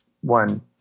one